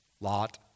Lot